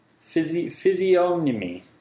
physiognomy